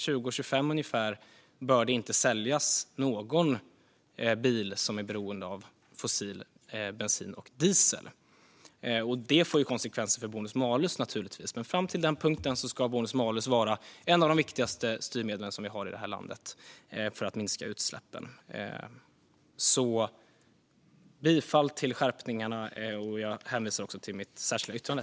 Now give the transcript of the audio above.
År 2025 ungefär bör det inte säljas någon bil som är beroende av fossil bensin och diesel. Det får naturligtvis konsekvenser för bonus malus, men fram till den punkten ska bonus malus vara ett av de viktigaste styrmedel vi har i det här landet för att minska utsläppen. Jag yrkar bifall till skärpningarna. Jag hänvisar också till mitt särskilda yttrande.